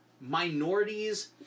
minorities